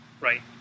Right